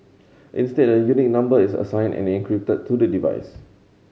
instead a unique number is assigned and encrypted to the device